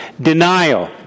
denial